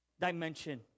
dimension